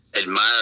admire